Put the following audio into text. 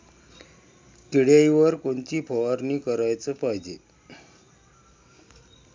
किड्याइवर कोनची फवारनी कराच पायजे?